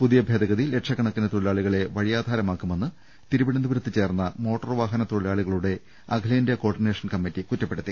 പുതിയ ഭേദഗതി ലക്ഷക്കണക്കിന് തൊഴിലാളികളെ വഴി യാധാരമാക്കു മെന്ന് തിരു വനന്തപുരത്ത് ചേർന്ന മോട്ടോർ വാഹന തൊഴിലാളികളുടെ അഖിലേന്ത്യാ കോ ഓഡിനേഷൻ കമ്മിറ്റി കുറ്റപ്പെടുത്തി